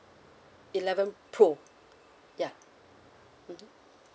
eleven pro ya mmhmm